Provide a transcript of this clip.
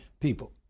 people